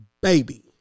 baby